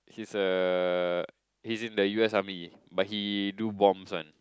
he's a he's in the U_S army but he do bombs one